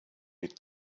mit